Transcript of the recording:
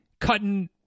cutting